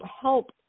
help